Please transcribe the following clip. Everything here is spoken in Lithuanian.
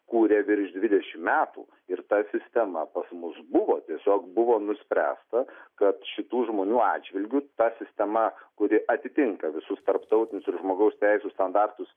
kūrė virš dvidešimt metų ir ta sistema pas mus buvo tiesiog buvo nuspręsta kad šitų žmonių atžvilgiu ta sistema kuri atitinka visus tarptautinius ir žmogaus teisių standartus